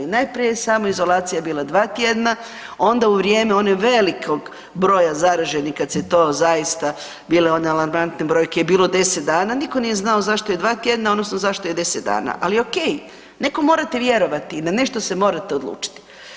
Najprije je samoizolacija bila 2 tjedna, onda u vrijeme onog velikog broja zaraženih kad se to zaista bile one alarmantne brojke je bilo 10 dana, nitko znao zašto je 2 tjedna odnosno zašto je 10 dana, ali ok nekom morate vjerovati i na nešto se morate odlučiti.